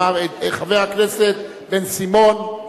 החינוך,